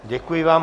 Děkuji vám.